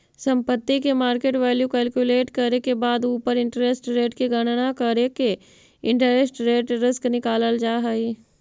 संपत्ति के market value calculate करे के बाद उ पर इंटरेस्ट रेट के गणना करके इंटरेस्ट रेट रिस्क निकालल जा हई